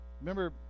Remember